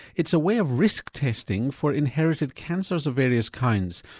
it's a way of risk testing for inherited cancers of various kinds,